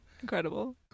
incredible